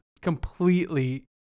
completely